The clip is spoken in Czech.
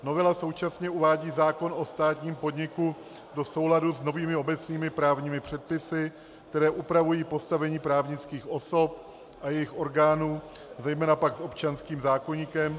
Novela současně uvádí zákon o státním podniku do souladu s novými obecnými právními předpisy, které upravují postavení právnických osob a jejich orgánů, zejména pak s občanským zákoníkem.